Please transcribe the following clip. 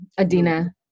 Adina